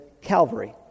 Calvary